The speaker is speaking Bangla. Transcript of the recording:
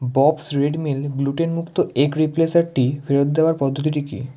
ববস রেড মিল গ্লুটেন মুক্ত এগ রিপ্লেসারটি ফেরত দেওয়ার পদ্ধতিটি কী